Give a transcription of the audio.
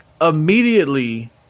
immediately